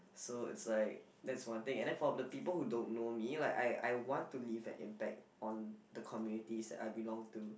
so it's like that's one thing and then for of people who don't know me like I I want to leave an impact on the communities that I belong to